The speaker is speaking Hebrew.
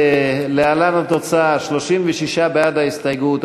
להלן התוצאה: 36 בעד ההסתייגות,